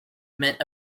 meant